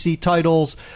titles